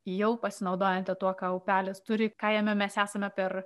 į jau pasinaudojant tuo ką upelis turi ką jame mes esame per